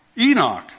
Enoch